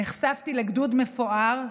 ונחשפתי לגדוד מפואר,